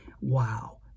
Wow